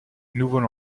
nouveaux